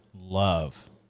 love